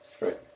right